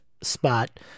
spot